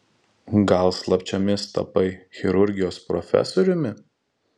gal slapčiomis tapai chirurgijos profesoriumi